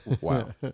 Wow